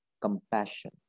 compassion